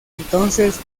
entonces